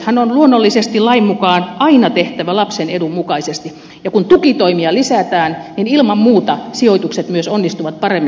sijoituksethan on luonnollisesti lain mukaan aina tehtävä lapsen edun mukaisesti ja kun tukitoimia lisätään niin ilman muuta sijoitukset myös onnistuvat paremmin